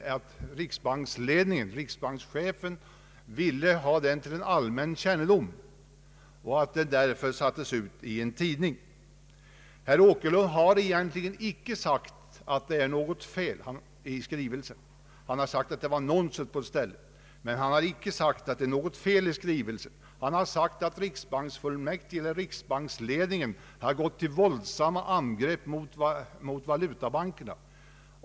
Riksbanksledningen och riksbankschefen ville ha skrivelsen till allmän kännedom, och det var därför skrivelsen i annonsform infördes i en tidning. Herr Åkerlund har egentligen icke sagt att det föreligger något fel i skrivelsen. Han har sagt att det var nonsens på ett ställe. Han har sagt att riksbanksledningen har gått till våldsamma angrepp mot valutabankerna.